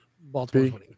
baltimore